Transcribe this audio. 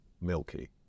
milky